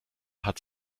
hat